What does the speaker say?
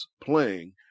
playing